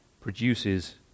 produces